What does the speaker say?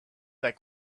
that